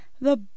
The